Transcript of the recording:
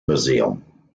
museum